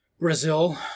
Brazil